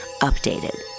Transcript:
Updated